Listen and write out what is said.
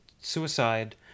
suicide